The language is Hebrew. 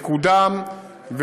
מקודם,